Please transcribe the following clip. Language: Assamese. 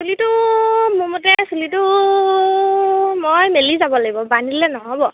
চুলিটো মোৰ মতে চুলিটো মই মেলি যাব লাগিব বান্ধিলে ন'হব